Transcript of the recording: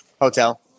hotel